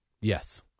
Yes